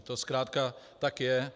To zkrátka tak je.